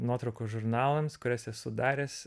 nuotraukos žurnalams kurias esu daręs